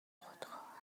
خودخواه